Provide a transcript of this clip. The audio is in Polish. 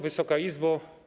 Wysoka Izbo!